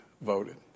voted